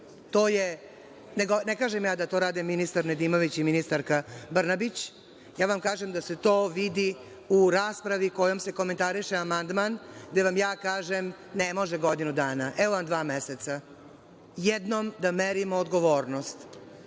Ne kažem ja da to radi ministar Nedimović i ministar Brnabić, kažem vam da se to vidi u raspravi kojom se komentariše amandman, gde vam ja kažem – ne može godinu dana, evo vam dva meseca. Jednom da merimo odgovornost,